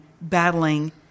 battling